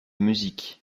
musique